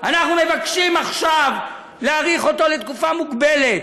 אנחנו מבקשים עכשיו להאריך אותו לתקופה מוגבלת.